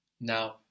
Now